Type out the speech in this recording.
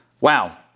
Wow